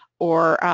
or,